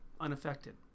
unaffected